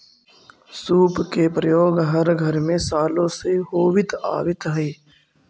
सूप के प्रयोग हर घर में सालो से होवित आवित हई